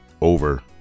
over